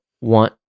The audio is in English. want